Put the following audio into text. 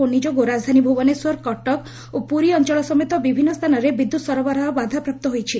ଫନୀ ଯୋଗୁଁ ରାଜଧାନୀ ଭୁବନେଶ୍ୱର କଟକ ଓ ପୁରୀ ଅଞ୍ଚଳ ସମେତ ବିଭିନ୍ନ ସ୍ଥାନରେ ବିଦ୍ୟୁତ୍ ସରବରାହ ବାଧାପ୍ରାପ୍ତ ହୋଇଛି